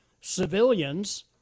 civilians